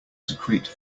secrete